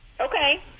Okay